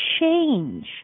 change